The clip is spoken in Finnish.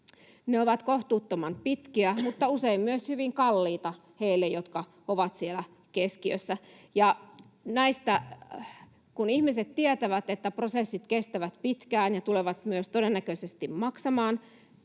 Ne ovat kohtuuttoman pitkiä mutta usein myös hyvin kalliita heille, jotka ovat siellä keskiössä. Kun ihmiset tietävät, että prosessit kestävät pitkään ja tulevat myös todennäköisesti maksamaan,